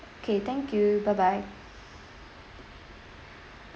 okay thank you bye bye